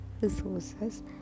resources